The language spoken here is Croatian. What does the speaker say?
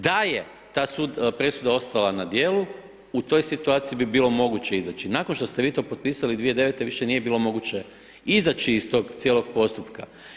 Da je, taj sud, presuda ostala na dijelu, u toj situaciji bi bilo moguće izaći, nakon što ste vi to potpisali 2009. više nije bilo moguće izaći iz tog cijelog postupka.